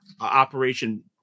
Operation